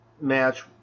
match